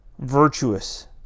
virtuous